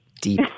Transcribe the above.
Deep